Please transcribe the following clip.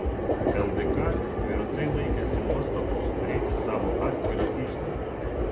ldk tvirtai laikėsi nuostatos turėti savo atskirą iždą